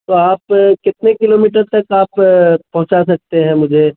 تو آپ کتنے کلو میٹر تک آپ پہنچا سکتے ہیں مجھے